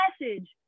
message